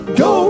go